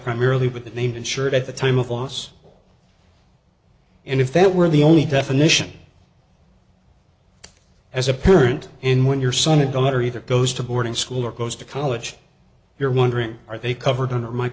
primarily with the named insured at the time of loss and if that were the only definition as apparent in when your son or daughter either goes to boarding school or goes to college you're wondering are they covered under my